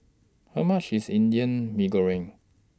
How much IS Indian Mee Goreng